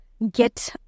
get